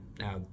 Now